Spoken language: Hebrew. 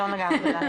לא נגענו.